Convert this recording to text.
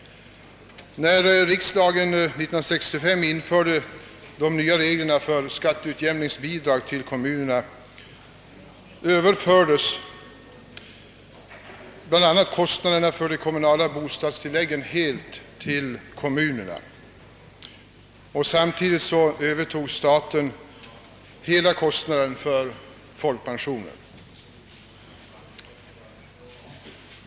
När riksdagen år 1965 införde de nya reglerna för skatteutjämningsbidrag till kommunerna överfördes bl.a. kostnaderna för de kommunala bostadstilläggen helt till kommunerna och samtidigt övertog staten hela kostnaden för folkpensionen.